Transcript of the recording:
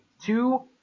two